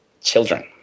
children